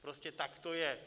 Prostě tak to je.